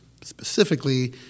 specifically